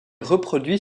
reproduit